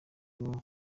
bwo